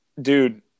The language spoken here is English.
Dude